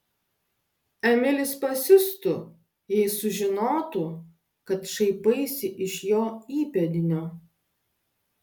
emilis pasiustų jei sužinotų kad šaipaisi iš jo įpėdinio